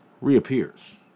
reappears